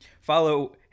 Follow